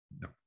no